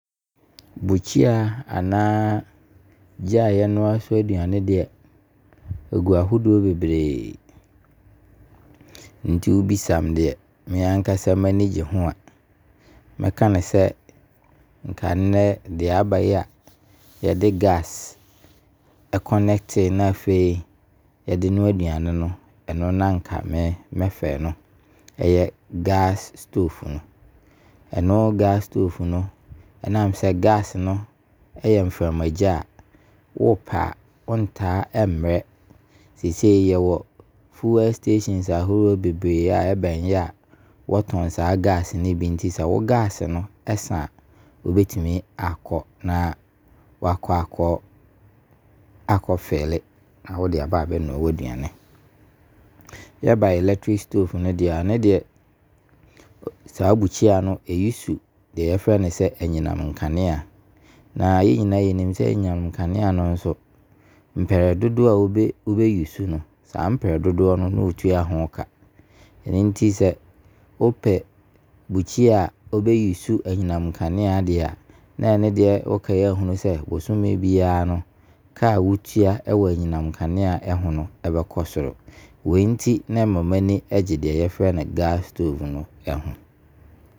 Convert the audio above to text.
Bukyiaa anaa gya a yɛnoa so aduane deɛ ɛgu ahodoɔ bebree. Nti wo bisa me deɛ mankasa m'ani gye ho a, mɛka no sɛ, nka nnɛ deɛ a aba yi a yɛde gas connect, na afei yɛde noa aduane no. Ɛno na anka me mɛfa, ɛyɛ gas stove no, gas stove no, ɛnam sɛ gas no ɛyɛ mframa gya a wo pɛ a wo ntaa mmerɛ. Seisei yɛwɔ fuel stations ahoroɔ bebree a ɛbene yɛ a wɔtɔn saa gas no bi. Nti sɛ wo gas no ɛsan a wobɛtumi akɔ na woakɔ akɔ filli na wo de aba abɛ noa w'aduane Yɛba electric stove no deɛ a ɛno deɛ saa bukyiaa no ɛuse deɛ yɛfrɛ no sɛ ayinamnkanea Na yɛ nyinaa yɛnim sɛ ayinamkanea no nso, wobɛ use no, saa mprɛ dodoɔ no a ne wotua ho ka. Nti sɛ wo pɛ bukyiaa a wobɛ use ayinamkanea deɛ a, na ɛno deɛ wo akae ahunu sɛ bosome biara no ka a wotua ɛwɔ ayinamkanea ho no bɛkɔ soro. Wei nti na ɛma m'ani gye deɛ yɛfrɛ no gas stove no ɛho no.